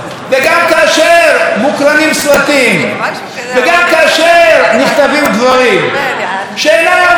וגם כאשר נכתבים דברים שאינם עולים בקנה אחד עם הרגישויות שלנו,